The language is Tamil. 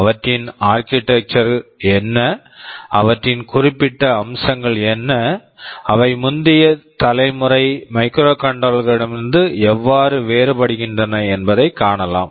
அவற்றின் ஆர்க்கிடெக்சர் architecture என்ன அவற்றின் குறிப்பிட்ட அம்சங்கள் என்ன அவை முந்தைய தலைமுறை மைக்ரோகண்ட்ரோலர் microcontroller களிடமிருந்து எவ்வாறு வேறுபடுகின்றன என்பதைக் காணலாம்